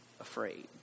afraid